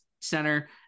center